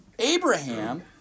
Abraham